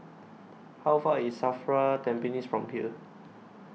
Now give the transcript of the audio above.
How Far IS SAFRA Tampines from here